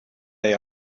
they